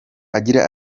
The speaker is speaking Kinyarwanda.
agira